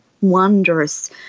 wondrous